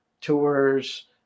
tours